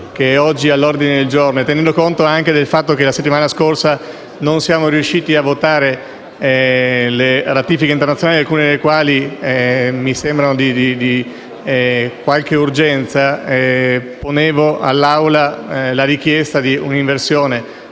oggi all'ordine del giorno, e tenendo conto anche del fatto che la settimana scorsa non siamo riusciti a votare le ratifiche internazionali, alcune delle quali mi sembrano di una certa urgenza, pongo all'Aula la richiesta di un'inversione